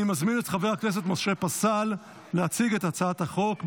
אני מזמין את חבר הכנסת משה פסל להציג את הצעת החוק,